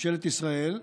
ממשלת ישראל,